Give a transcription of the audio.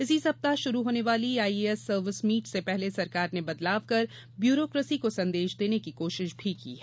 इसी सप्ताह शुरू होने वाली आईएएस सर्विस मीट से पहले सरकार ने बदलाव कर ब्यूरोकेसी को संदेश देने की कोशिश भी की है